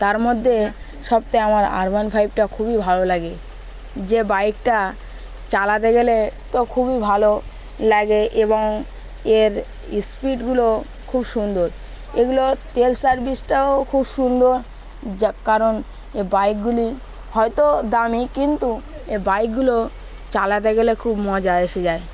তার মধ্যে সপ্তাহে আমার আর ওয়ান ফাইভটা খুবই ভালো লাগে যে বাইকটা চালাতে গেলে তো খুবই ভালো লাগে এবং এর স্পিডগুলো খুব সুন্দর এগুলোর তেল সার্ভিসটাও খুব সুন্দর যা কারণ এ বাইকগুলি হয়তো দামি কিন্তু এ বাইকগুলো চালাতে গেলে খুব মজা এসে যায়